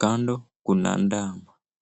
kando kuna ndama.